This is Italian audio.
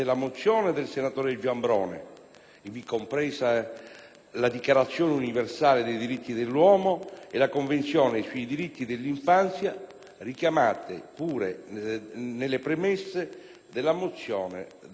ivi comprese la Dichiarazione universale dei diritti dell'uomo e la Convenzione sui diritti dell'infanzia, richiamate pure nelle premesse della mozione della senatrice Soliani.